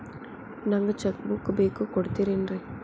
ನಂಗ cheque book ಬೇಕು ಕೊಡ್ತಿರೇನ್ರಿ?